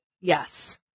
Yes